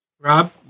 rob